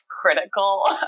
critical